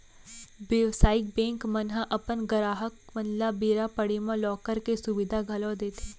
बेवसायिक बेंक मन ह अपन गराहक मन ल बेरा पड़े म लॉकर के सुबिधा घलौ देथे